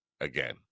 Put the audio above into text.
again